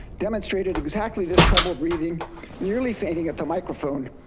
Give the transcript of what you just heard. demonstrated exactly this trouble breathing nearly fainting at the microphone.